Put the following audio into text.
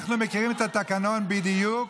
אנחנו מכירים את התקנון בדיוק,